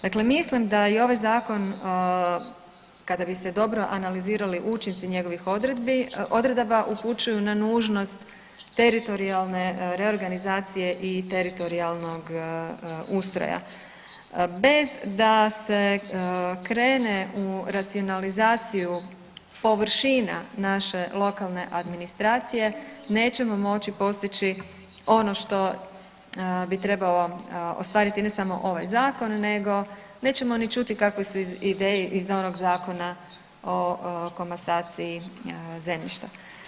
Dakle, mislim da i ovaj zakon kada bi se dobro analizirali učinci njegovih odredaba upućuju na nužnost teritorijalne reorganizacije i teritorijalnog ustroja, bez da se krene u racionalizaciju površina naše lokalne administracije, nećemo moći postići ono što bi trebalo ostvariti ne samo ovaj zakon nego nećemo ni čuti kakve su ideje iz onoga Zakona o komasaciji zemljišta.